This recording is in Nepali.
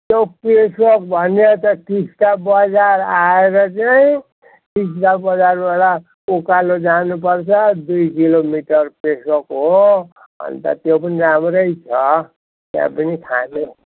त्यो पेसोक भन्ने त टिस्टा बजार आएर चाहिँ टिस्टा बजारबाट उकालो जानुपर्छ दुई किलोमिटर पेसोक हो अन्त त्यो पनि राम्रै छ त्यहाँ पनि खाने